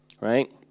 Right